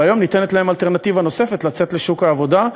והיום ניתנת להם אלטרנטיבה נוספת: לצאת לשוק העבודה.